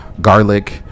garlic